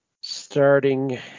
Starting